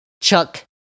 Chuck